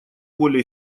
более